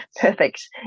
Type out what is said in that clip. perfect